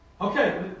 Okay